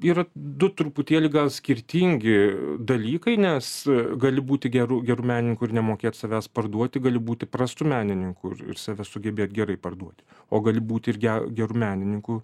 yra du truputėlį gal skirtingi dalykai nes gali būti geru geru menininku ir nemokėt savęs parduoti gali būti prastu menininku ir save sugebėt gerai parduoti o gali būti ir ge geru menininku